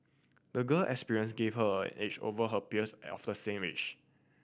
the girl experience gave her an edge over her peers of the same age